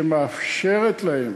שיאפשר להם